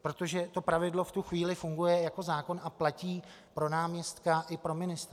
Protože to pravidlo v tu chvíli funguje jako zákon a platí pro náměstka i pro ministra.